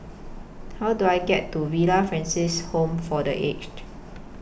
How Do I get to Villa Francis Home For The Aged